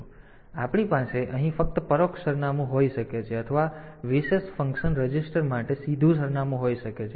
તેથી આપણી પાસે અહીં ફક્ત પરોક્ષ સરનામું હોઈ શકે છે અથવા વિશેષ ફંક્શન રજીસ્ટર માટે સીધું સરનામું હોઈ શકે છે